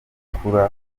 akura